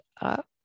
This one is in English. up